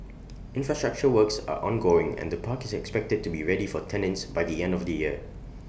infrastructure works are ongoing and the park is expected to be ready for tenants by the end of the year